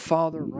Father